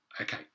okay